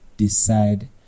decide